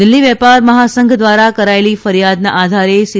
દિલ્હી વેપાર મહાસંઘ દ્વારા કરાચેલી ફરિયાદના આધારે સી